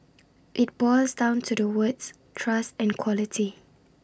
IT boils down to the words trust and quality